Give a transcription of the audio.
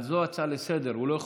הצעה לסדר-היום